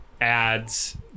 ads